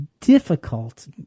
difficult